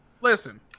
Listen